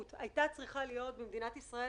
הפתרון צריך להיות שבית הספר של החופש